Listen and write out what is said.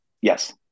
Yes